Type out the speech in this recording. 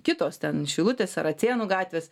kitos ten šilutės saracėnų gatvės